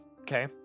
Okay